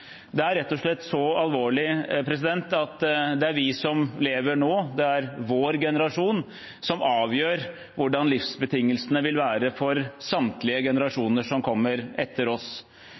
Det er rett og slett så alvorlig at det er vi som lever nå, det er vår generasjon, som avgjør hvordan livsbetingelsene vil være for samtlige generasjoner som kommer etter oss.